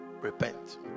Repent